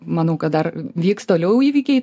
manau kad dar vyks toliau įvykiai